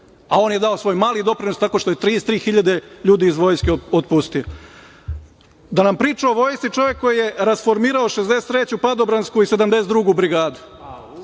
a on je dao svoj mali doprinos tako što je 33.000 ljudi iz Vojske otpustio. Da nam priča o vojsci čovek koji je rasformirao 63. padobransku i 72. brigadu?